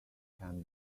can